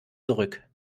zurück